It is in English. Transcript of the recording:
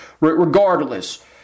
regardless